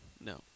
No